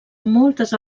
moltes